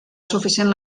suficient